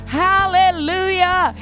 hallelujah